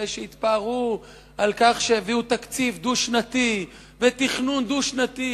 אחרי שהתפארו על כך שהביאו תקציב דו-שנתי ותכנון דו-שנתי